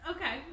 Okay